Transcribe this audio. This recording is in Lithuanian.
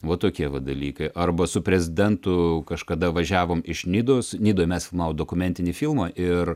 va tokie va dalykai arba su prezidentu kažkada važiavom iš nidos nidoj mes filmavom dokumentinį filmą ir